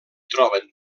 troben